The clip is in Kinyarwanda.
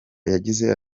yagize